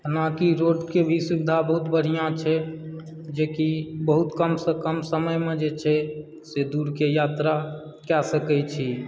जेनाकि रोडके भी सुविधा बहुत बढ़िआँ छै जेकि बहुत कमसँ कम समयमऽ जे छै से दूरकी यात्रा कए सकैत छी